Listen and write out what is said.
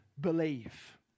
believe